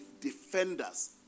defenders